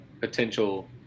potential